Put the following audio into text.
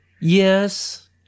Yes